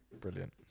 brilliant